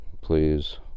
please